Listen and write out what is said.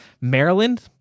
maryland